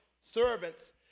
servants